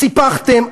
סיפחתם?